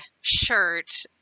shirt